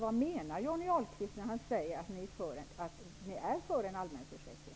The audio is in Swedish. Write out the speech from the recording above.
Vad menar Johnny Ahlqvist när han säger att de är för en allmän försäkring?